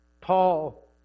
Paul